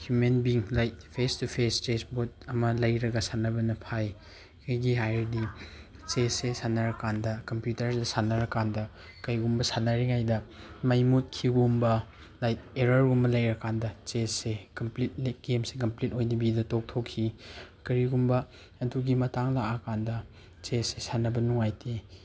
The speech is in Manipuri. human being like face to face chess ꯕꯨꯠ ꯑꯃ ꯂꯩꯔꯒ ꯁꯥꯟꯅꯕꯅ ꯐꯩ ꯀꯔꯤꯒꯤ ꯍꯥꯏꯔꯗꯤ ꯆꯦꯁꯁꯦ ꯁꯥꯟꯅꯔ ꯀꯥꯟꯗ ꯀꯝꯄ꯭ꯌꯨꯇꯔꯁꯤꯗ ꯁꯥꯟꯅꯔ ꯀꯥꯟꯗ ꯀꯔꯤꯒꯨꯝꯕ ꯁꯥꯟꯅꯔꯤꯉꯩꯗ ꯃꯩ ꯃꯨꯠꯈꯤꯕꯒꯨꯝꯕ ꯂꯥꯏꯛ ꯑꯦꯔꯔꯒꯨꯝꯕ ꯂꯩꯔ ꯀꯥꯟꯗ ꯆꯦꯁꯁꯦ ꯀꯝꯄ꯭ꯂꯤꯠꯂꯤ ꯒꯦꯝꯁꯦ ꯀꯝꯄ꯭ꯂꯤꯠ ꯑꯣꯏꯗꯕꯤꯗ ꯇꯣꯛꯊꯣꯛꯈꯤ ꯀꯔꯤꯒꯨꯝꯕ ꯑꯗꯨꯒꯤ ꯃꯇꯥꯡ ꯂꯥꯛꯑꯀꯥꯟꯗ ꯆꯦꯁꯁꯦ ꯁꯥꯟꯅꯕ ꯅꯨꯡꯉꯥꯏꯇꯦ